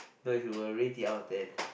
no if you were to rate it out of ten